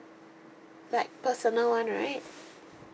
like personal one right